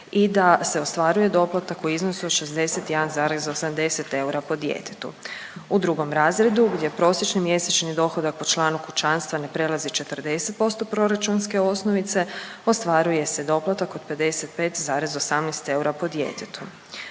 i da se ostvaruje doplatak u iznosu od 61,80 eura po djetetu. U drugom razredu gdje prosječni mjesečni dohodak po članu kućanstva ne prelazi 40% proračunske osnovice ostvaruje se doplatak od 55,18 eura po djetetu.